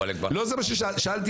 לא זה מה ששאלתי.